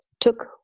took